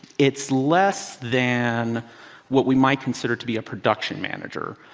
it's less than what we might consider to be a production manager.